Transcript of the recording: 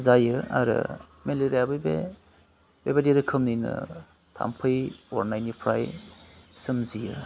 जायो आरो मेलेरियायाबो बे बेबायदि रोखोमनिनो थाम्फै अरनायनिफ्राय सोमजियो